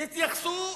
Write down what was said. תתייחסו